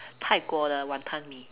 泰国的 Wanton-Mee